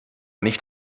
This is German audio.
nicht